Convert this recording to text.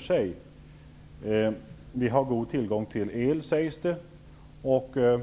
Det sägs att vi har god tillgång till el, rent